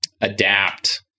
adapt